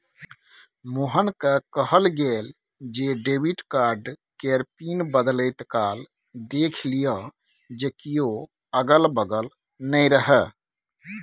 मोहनकेँ कहल गेल जे डेबिट कार्ड केर पिन बदलैत काल देखि लिअ जे कियो अगल बगल नै रहय